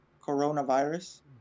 coronavirus